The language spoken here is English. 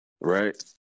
right